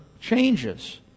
changes